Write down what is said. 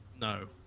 No